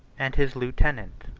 and his lieutenant,